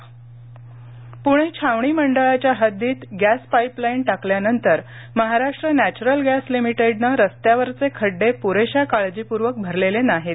प्णे छावणी मंडळाच्या हद्दीत गॅस पाईपलाइन टाकल्यानंतर महाराष्ट्र नॅचरल गॅस लिमिटेडने रस्त्यावरचे खड्डे पुरेशा काळजीपूर्वक भरलेले नाहीत